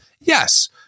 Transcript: Yes